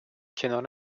کنار